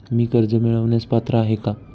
मी कर्ज मिळवण्यास पात्र आहे का?